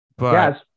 Yes